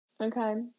Okay